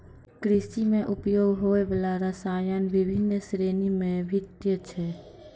कृषि म उपयोग होय वाला रसायन बिभिन्न श्रेणी म विभक्त छै